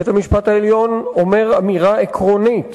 בית-המשפט העליון אומר אמירה עקרונית,